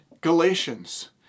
Galatians